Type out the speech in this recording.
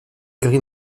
gris